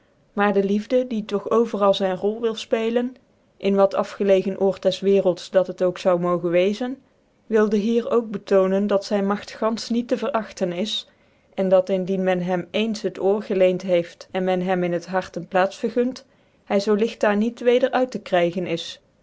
maar de liefde die dog overal zyn rol wil fpcclcn in wat afgelegen oort des wcerclts dat het ook zoude mogen weczen wilde hier ook bctooncn dat zyn magt gantfeh niet te vcragtcn is cn dat indien men hein eens het oor gclccnt heeft cn men hem in het hart een plaats vergunt hy zoo ligt daar niet weder uit te krygen is